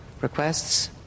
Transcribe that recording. requests